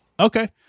Okay